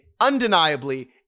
undeniably